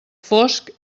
fosc